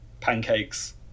pancakes